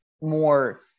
more